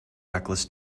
reckless